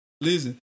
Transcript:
Listen